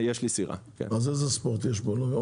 יש לי סירה, כן.